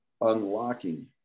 unlocking